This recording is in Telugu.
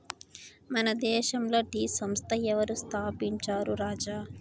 మన దేశంల టీ సంస్థ ఎవరు స్థాపించారు రాజా